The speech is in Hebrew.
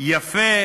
יפה